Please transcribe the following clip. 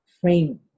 frame